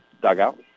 dugout